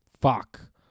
Fuck